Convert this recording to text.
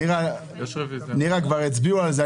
נירה, כבר הצביעו על זה.